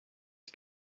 ich